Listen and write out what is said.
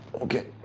Okay